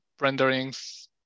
renderings